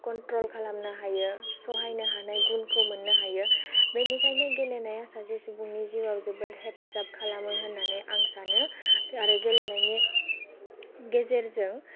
control खालामनो हायो सहायनो हानाय गुनखौ मोननो हायो बेनिखायनो गेलेनाया सासे सुबुंनि जिवाव जोबोद हेफाजाब खालामो होननानै आं सानो आरो गेलेनायनि गेजेरजों